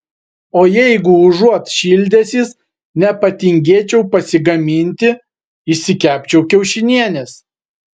o jeigu užuot šildęsis nepatingėčiau pasigaminti išsikepčiau kiaušinienės